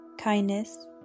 kindness